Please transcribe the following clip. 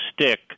stick